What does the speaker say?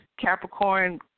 Capricorn